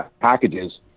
packages